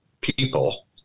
people